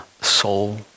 soul